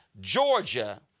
Georgia